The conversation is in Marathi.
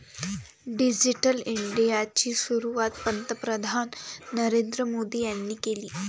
डिजिटल इंडियाची सुरुवात पंतप्रधान नरेंद्र मोदी यांनी केली